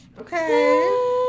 Okay